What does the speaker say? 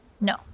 No